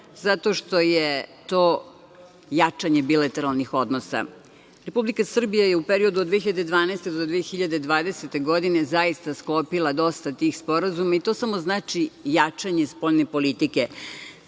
zato što je to jačanje bilateralnih odnosa. Republika Srbija je u periodu od 2012. do 2020. godine zaista sklopila dosta tih sporazuma i to samo znači jačanje spoljne politike. Od